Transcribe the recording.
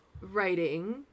writing